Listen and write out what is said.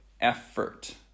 effort